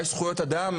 שבה יש זכויות אדם,